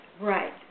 Right